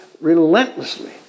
relentlessly